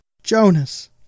Jonas